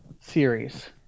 series